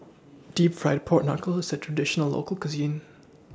Deep Fried Pork Knuckle IS A Traditional Local Cuisine